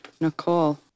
Nicole